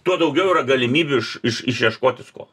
tuo daugiau yra galimybių iš iš išieškoti sko